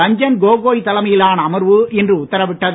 ரஞ்சன் கோகோய் தலைமையிலான அமர்வு இன்று உத்தரவிட்டது